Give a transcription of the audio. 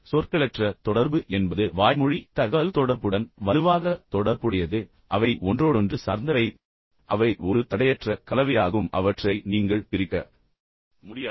இருப்பினும் சொற்களற்ற தொடர்பு என்பது வாய்மொழி தகவல்தொடர்புடன் வலுவாக தொடர்புடையது நீங்கள் அதை திறம்பட பயன்படுத்த விரும்பினால் அவை ஒன்றோடொன்று சார்ந்தவை மற்றும் அவை ஒரு தடையற்ற கலவையாகும் அவற்றை நீங்கள் பிரிக்க முடியாது